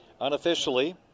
Unofficially